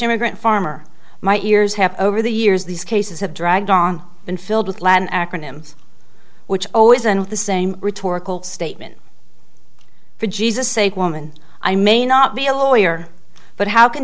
immigrant farmer my ears have over the years these cases have dragged on and filled with land acronyms which always end with the same rhetorical statement for jesus sake woman i may not be a lawyer but how can